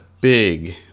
big